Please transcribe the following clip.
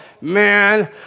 Man